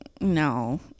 no